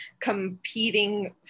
competing